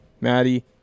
Maddie